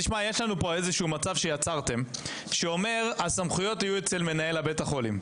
יש פה מצב שיצרתם שאומר שהסמכויות יהיו אצל מנהל בית החולים,